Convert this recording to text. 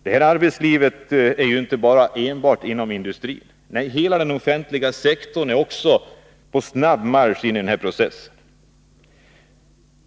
Detta arbetsliv finns ju inte enbart inom industrin. Nej, hela den offentliga sektorn är också på snabb marsch in i den här processen.